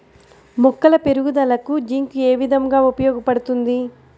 మొక్కల పెరుగుదలకు జింక్ ఏ విధముగా ఉపయోగపడుతుంది?